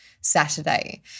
Saturday